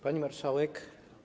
Pani Marszałek!